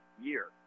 year